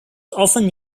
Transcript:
often